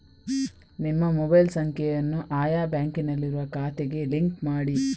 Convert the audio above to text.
ನಿಮ್ಮ ಮೊಬೈಲ್ ಸಂಖ್ಯೆಯನ್ನು ಆಯಾ ಬ್ಯಾಂಕಿನಲ್ಲಿರುವ ಖಾತೆಗೆ ಲಿಂಕ್ ಮಾಡಿ